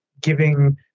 giving